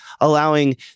allowing